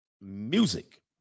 music